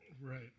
Right